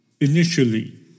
initially